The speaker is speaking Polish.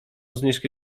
zniżki